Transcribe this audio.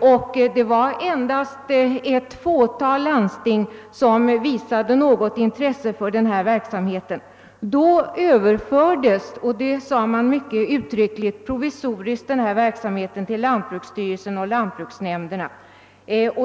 och det var endast ett fåtal landsting som visade något intresse för den. Detta år överfördes verksamheten provisoriskt — det framhöll man mycket kraftigt — till lantbruksstyrelsen och lantbruksnämnderna.